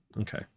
Okay